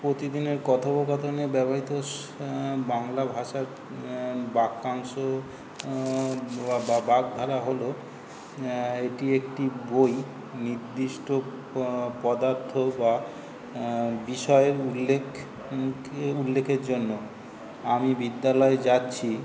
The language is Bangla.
প্রতিদিনের কথোপকথনে ব্যবহিত স্ বাংলা ভাষার বাক্যাংশ বা বা বাগ্ধারা হলো এটি একটি বই নির্দিষ্ট পদার্থ বা বিষয়ের উল্লেখ উল্লেখের জন্য আমি বিদ্যালয়ে যাচ্ছি